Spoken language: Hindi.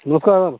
नमस्कार